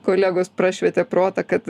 kolegos prašvietė protą kad